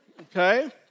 Okay